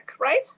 right